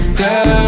girl